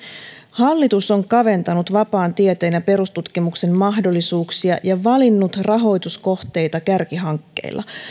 hallitus on kaventanut vapaan tieteen ja perustutkimuksen mahdollisuuksia ja valinnut rahoituskohteita kärkihankkeilla